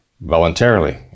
voluntarily